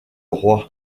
roi